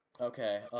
Okay